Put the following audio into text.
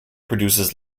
produces